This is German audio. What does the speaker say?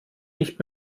nicht